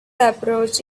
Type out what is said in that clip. approach